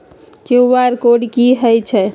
QR code कि हई छई?